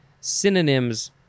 synonyms